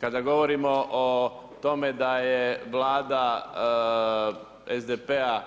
Kada govorimo o tome da je Vlada SDP-a